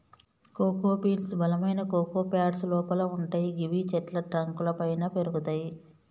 cocoa beans బలమైన cocoa pods లోపల వుంటయ్ గివి చెట్ల ట్రంక్ లపైన పెరుగుతయి